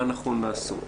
מה נכון לעשות.